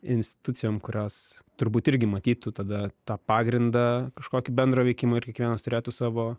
institucijom kurios turbūt irgi matytų tada tą pagrindą kažkokį bendrą veikimo ir kiekvienas turėtų savo